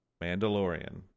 Mandalorian